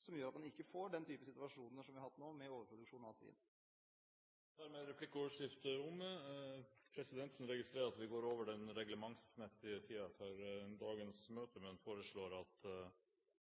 som gjør at man ikke får den typen situasjoner som vi har hatt nå med overproduksjon av svin. Dermed er replikkordskiftet omme. Presidenten registrerer at vi er over den reglementsmessige tiden for dagens møte, men foreslår at